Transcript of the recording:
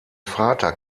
vater